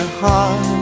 heart